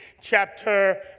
chapter